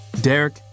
Derek